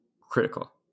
critical